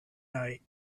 night